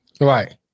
Right